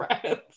friends